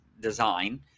design